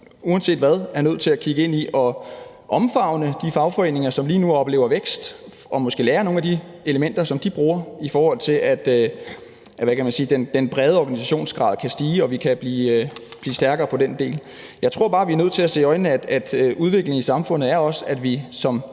uanset hvad er nødt til at kigge ind i at omfavne de fagforeninger, som lige nu oplever vækst, og måske lære af nogle af de elementer, som de bruger, for at den brede organisationsgrad kan stige og at vi kan blive stærkere på den del. Jeg tror bare, at man bliver nødt til at se i øjnene, at udviklingen i samfundet også er, at vi som